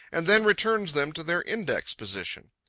and then returns them to their index position.